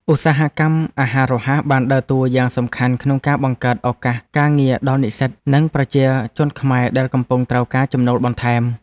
ឧស្សាហកម្មអាហាររហ័សបានដើរតួយ៉ាងសំខាន់ក្នុងការបង្កើតឱកាសការងារដល់និស្សិត និងប្រជាជនខ្មែរដែលកំពុងត្រូវការចំណូលបន្ថែម។